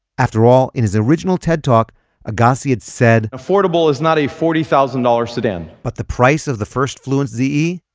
after all, in his original ted talk agassi had said, affordable is not a forty thousand dollars sedan but the price of the first fluence z e?